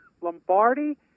Lombardi